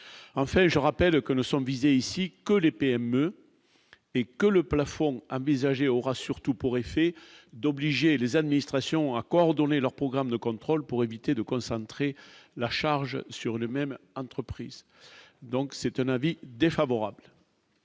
en fait, je rappelle que nous sommes visés ici que les PME et que le plafond envisagée aura surtout pour effet d'obliger les administrations à coordonner leur programme de contrôles pour éviter de concentrer la charge sur les même entreprise, donc c'est un avis défavorable.